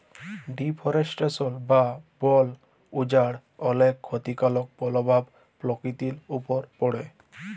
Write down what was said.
deforestation বা বল উজাড় অলেক খ্যতিকারক পরভাব পরকিতির উপর পড়ে